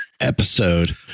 Episode